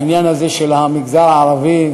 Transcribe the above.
העניין הזה של המגזר הערבי,